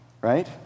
right